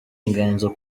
inganzo